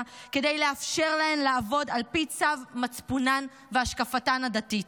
כדי לאפשר להן לעבוד על פי צו מצפונן והשקפתן הדתית.